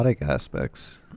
Aspects